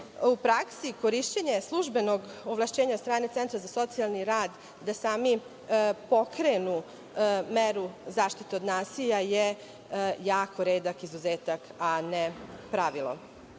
u praksi korišćenje službenog ovlašćenja od strane Centra za socijalni rad, da sami pokrenu meru zaštite od nasilja je jako redak izuzetak, a ne pravilo. Cilj